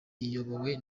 iyobowe